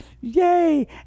Yay